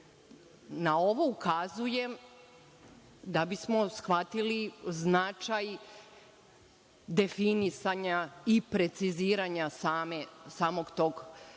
ovo ukazujem da bismo shvatili značaj definisanja i preciziranja same te